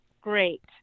Great